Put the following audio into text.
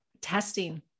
testing